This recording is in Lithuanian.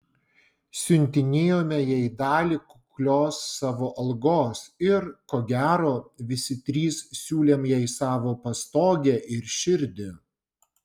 siuntinėjome jai dalį kuklios savo algos ir ko gero visi trys siūlėm jai savo pastogę ir širdį